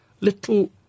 little